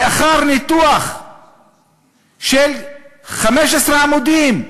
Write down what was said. לאחר ניתוח של 15 עמודים,